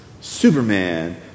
Superman